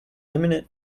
imminent